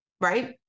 right